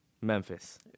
Memphis